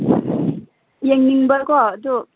ꯌꯦꯡꯅꯤꯡꯕꯀꯣ ꯑꯗꯨ